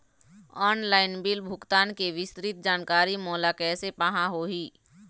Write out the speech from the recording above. Online bill भुगतान के विस्तृत जानकारी मोला कैसे पाहां होही?